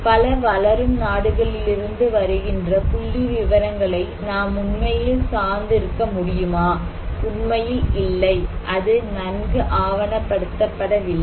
பல வளரும் நாடுகளிலிருந்து வருகின்ற புள்ளிவிவரங்களை நாம் உண்மையில் சார்ந்து இருக்க முடியுமா உண்மையில் இல்லை அது நன்கு ஆவணப்படுத்தப்படவில்லை